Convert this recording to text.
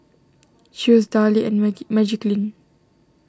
Chew's Darlie and Magiclean